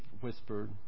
whispered